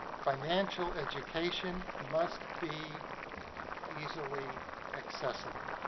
financial education must be easily accessible.